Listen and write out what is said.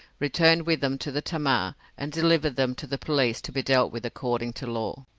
returned with them to the tamar, and delivered them to the police to be dealt with according to law.